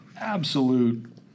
absolute